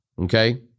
Okay